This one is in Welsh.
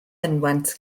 mynwent